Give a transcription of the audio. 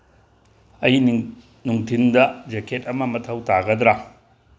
ꯑꯩ ꯅꯨꯡꯊꯤꯟꯗ ꯖꯦꯀꯦꯠ ꯑꯃ ꯃꯊꯧ ꯇꯥꯒꯗ꯭ꯔꯥ